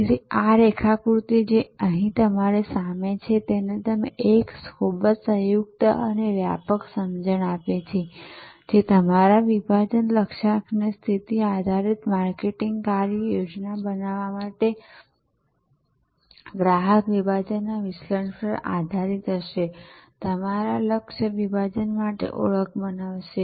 તેથી આ રેખાકૃતિ જે અહીં તમારી સામે છે જે તમને એક ખૂબ જ સંયુક્ત અને વ્યાપક સમજણ આપે છે કે તમારા વિભાજન લક્ષ્યાંકન સ્થિતિ આધારિત માર્કેટિંગ કાર્ય યોજના બનાવવા માટે ગ્રાહક વિભાજનના વિશ્લેષણ પર આધારિત હશે તમારા લક્ષ્ય વિભાજન માટે ઓળખ બનાવશે